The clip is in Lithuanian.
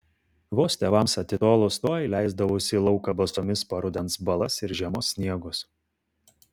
vos tėvams atitolus tuoj leisdavausi į lauką basomis po rudens balas ir žiemos sniegus